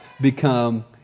become